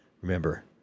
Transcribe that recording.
remember